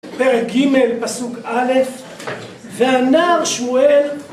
פרק ג', פסוק א', והנער שמואל